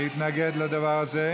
להתנגד לדבר הזה.